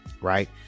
right